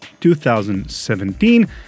2017